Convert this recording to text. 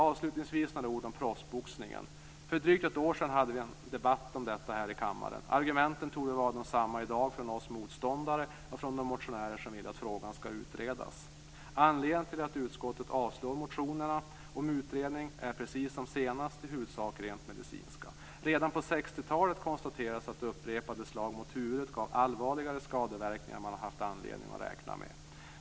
Avslutningsvis några ord om proffsboxningen. För drygt ett år sedan hade vi en debatt om detta här i kammaren. Argumenten torde vara desamma i dag från oss motståndare och från de motionärer som vill att frågan skall utredas. Anledningen till att utskottet avstyrker motionerna om utredning är precis som senast, dvs. i huvudsak rent medicinska. Redan på 60 talet konstaterades att upprepade slag mot huvudet gav allvarligare skadeverkningar än man haft anledning att räkna med.